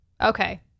okay